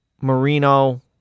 Marino